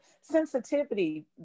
sensitivity